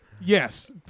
Yes